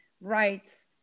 rights